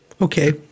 Okay